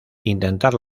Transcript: intentar